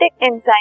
enzyme